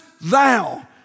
thou